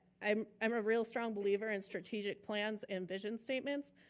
i'm i'm a real strong believer in strategic plans and vision statements,